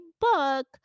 book